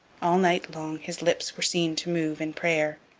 all night long his lips were seen to move in prayer.